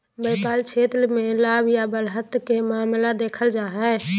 व्यापार क्षेत्र मे लाभ या बढ़त के मामला देखल जा हय